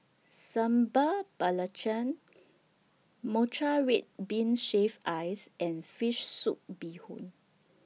Sambal Belacan Matcha Red Bean Shaved Ice and Fish Soup Bee Hoon